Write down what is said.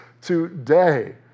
today